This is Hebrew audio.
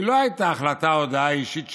היא לא הייתה הודעה אישית שלה,